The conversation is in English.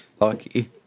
Lucky